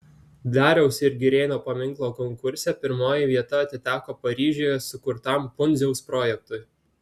dariausi ir girėno paminklo konkurse pirmoji vieta atiteko paryžiuje sukurtam pundziaus projektui